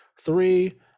Three